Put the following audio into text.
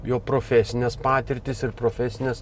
jo profesines patirtis ir profesines